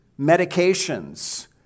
medications